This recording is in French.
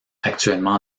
actuellement